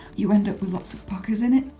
you end up with lots of puckers in it.